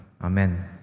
Amen